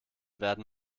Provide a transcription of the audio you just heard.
werden